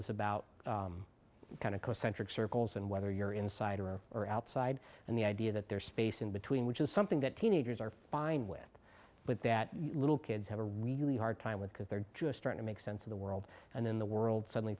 is about kind of close centric circles and whether you're inside or outside and the idea that there's space in between which is something that teenagers are fine with but that little kids have a really hard time with because they're just trying to make sense of the world and then the world suddenly